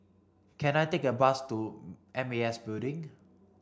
can I take a bus to M A S Building